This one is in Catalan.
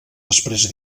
després